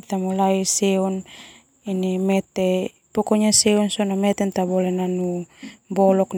ita seu tabole nanu bolok.